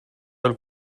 del